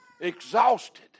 Exhausted